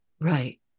Right